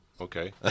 Okay